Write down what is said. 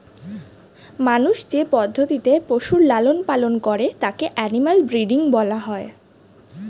মানুষ যে পদ্ধতিতে পশুর লালন পালন করে তাকে অ্যানিমাল ব্রীডিং বলা হয়